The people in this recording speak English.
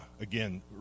again